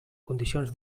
condicions